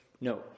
No